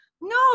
no